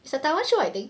it's a Taiwan show I think